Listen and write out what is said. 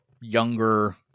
younger